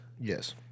Yes